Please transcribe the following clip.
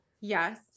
Yes